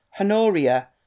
Honoria